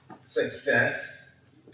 success